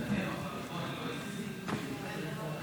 סעיפים 1